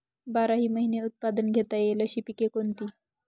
बाराही महिने उत्पादन घेता येईल अशी पिके कोणती?